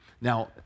Now